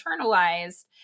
internalized